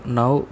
now